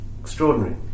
extraordinary